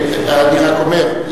אני רק אומר,